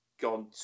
gone